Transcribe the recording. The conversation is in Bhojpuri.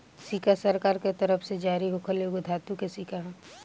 सिक्का सरकार के तरफ से जारी होखल एगो धातु के सिक्का ह